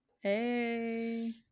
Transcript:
Hey